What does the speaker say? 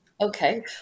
Okay